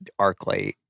ArcLight